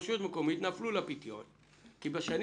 רשויות מקומיות נפלו לפיתיון כי בשנים